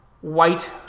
white